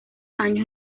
años